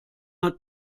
hat